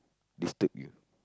disturb you